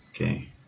Okay